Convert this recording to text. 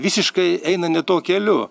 visiškai eina ne tuo keliu